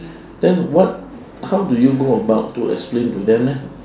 then what how do you go about to explain to them eh